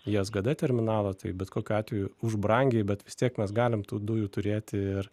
į sgd terminalą tai bet kokiu atveju už brangiai bet vis tiek mes galim tų dujų turėti ir